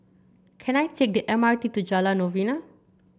can I take the M R T to Jalan Novena